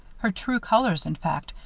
her true colors, in fact,